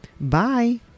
Bye